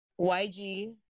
YG